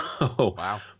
Wow